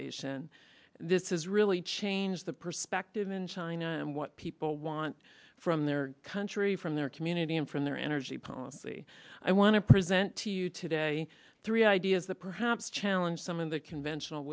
on this has really changed the perspective in china and what people want from their country from their community and from their energy policy i want to present to you today three ideas that perhaps challenge some of the conventional